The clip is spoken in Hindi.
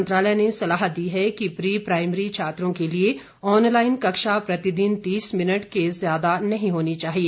मंत्रालय ने सलाह दी है कि प्री प्राइमरी छात्रों के लिए ऑनलाइन कक्षा प्रतिदिन तीस मिनट से ज्यादा नहीं होनी चाहिए